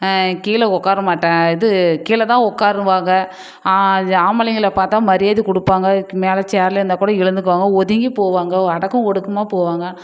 கீழே ஓக்காறமாட்டேன் இது கீழேதான் உக்காருவாங்க அது ஆம்பளைங்களை பார்த்தா மரியாதை கொடுப்பாங்க மேலே சேரில் இருந்தால் கூட எழுந்துக்குவாங்க ஒதுங்கி போவாங்க அடக்கம் ஒடுக்கமாக போவாங்க